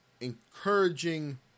encouraging